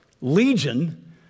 legion